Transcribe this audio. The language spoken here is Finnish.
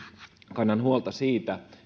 kannan huolta siitä